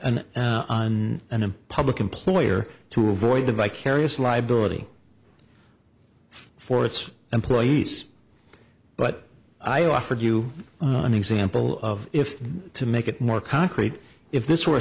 and a public employer to avoid the vicarious liability for its employees but i offered you an example of if to make it more concrete if this were a